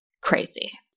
crazy